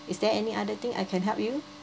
is there any other thing I can help you